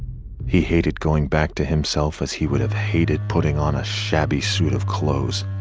he hated going back to himself, as he would have hated putting on a shabby suit of clothes.